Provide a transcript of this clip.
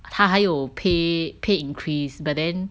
他还有 pay pay increase but then